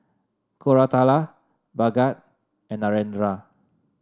Koratala Bhagat and Narendra